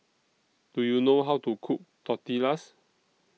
Do YOU know How to Cook Tortillas